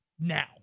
Now